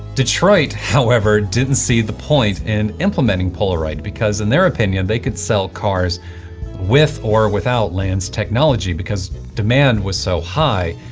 detroit however didn't see the point in implementing polaroid because in their opinion they could sell cars with or without land's technology because demand was so high,